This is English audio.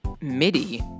MIDI